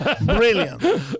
Brilliant